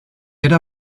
era